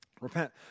Repent